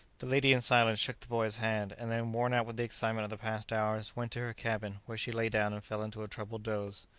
the lady, in silence, shook the boy's hand and then, worn-out with the excitement of the past hours, went to her cabin, where she lay down and fell into a troubled doze.